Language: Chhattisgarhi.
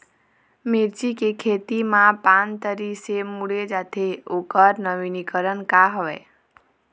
मिर्ची के खेती मा पान तरी से मुड़े जाथे ओकर नवीनीकरण का हवे?